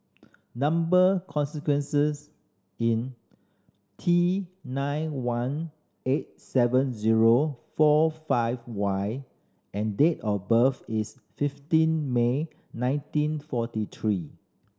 number consequences in T nine one eight seven zero four five Y and date of birth is fifteen May nineteen forty three